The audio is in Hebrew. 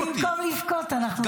במקום לבכות אנחנו צוחקים.